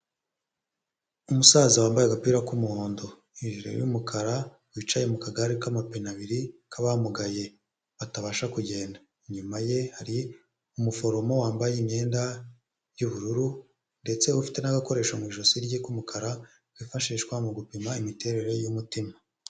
Umusaza wambaye agapira k'umuhondo hejuru y'umukara wicaye mu kagare k'amapine abiri k'abamugaye batabasha kugenda, inyuma ye hari umuforomo wambaye imyenda y'ubururu ndetse ufite n'agakoresho mu ijosi rye k'umukara kifashishwa mu gupima imiterere y'umutima.